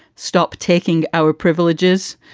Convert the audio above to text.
stop taking our privileges.